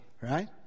Right